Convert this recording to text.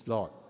Lord